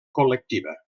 col·lectiva